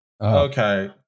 Okay